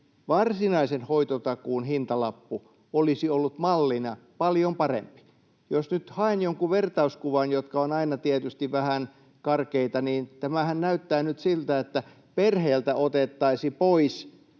varsinaisen hoitotakuun hintalappu, olisi ollut mallina paljon parempi. Jos nyt haen jonkun vertauskuvan, jotka ovat aina tietysti vähän karkeita, niin tämähän näyttää nyt siltä, että perheeltä otettaisiin pois